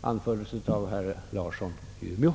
anfördes av herr Larsson i Umeå.